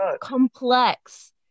complex